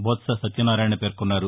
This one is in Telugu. బొత్ప సత్యనారాయణ పేర్నొన్నారు